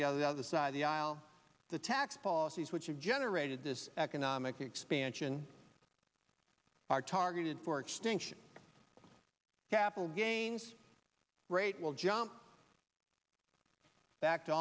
the other side of the aisle the tax policies which have generated this economic expansion are targeted for extinction capital gains rate will jump back to